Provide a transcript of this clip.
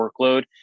workload